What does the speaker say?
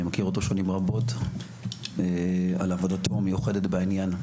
מכיר אותו שנים רבות על עבודתו המיוחדת בעניין.